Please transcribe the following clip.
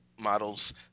models